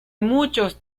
muchos